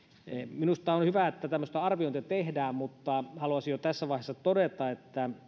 minusta on hyvä että tämmöistä arviointia tehdään mutta haluaisin jo tässä vaiheessa todeta että